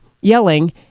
yelling